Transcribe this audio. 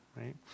right